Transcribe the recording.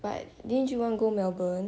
but didn't you want go melbourne